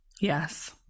Yes